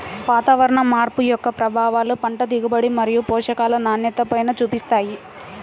వాతావరణ మార్పు యొక్క ప్రభావాలు పంట దిగుబడి మరియు పోషకాల నాణ్యతపైన చూపిస్తాయి